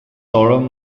orm